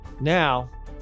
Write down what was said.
Now